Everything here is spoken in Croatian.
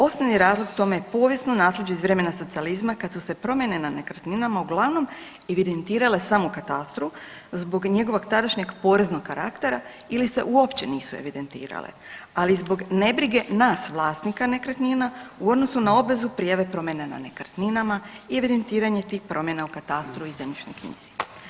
Osnovni razlog tome je povijesno nasljeđe iz vremena socijalizma kad su se promjene na nekretninama uglavnom evidentirale samo u katastru zbog njegovog tadašnjeg poreznog karaktera ili se uopće nisu evidentirale, ali i zbog nebrige nas vlasnika nekretnina u odnosu na obvezu prijave promjene na nekretninama i evidentiranje tih promjena u katastru i zemljišnoj knjizi.